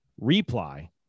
reply